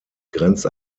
grenzt